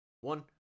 one